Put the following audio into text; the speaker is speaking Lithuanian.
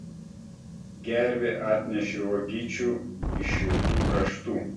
gervė atnešė uogyčių iš šiltų kraštų